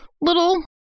Little